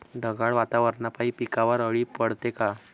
ढगाळ वातावरनापाई पिकावर अळी पडते का?